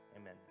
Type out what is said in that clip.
amen